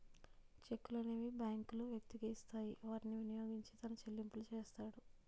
చెక్కులనేవి బ్యాంకులు వ్యక్తికి ఇస్తాయి వాటిని వినియోగించి తన చెల్లింపులు చేస్తాడు